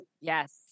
Yes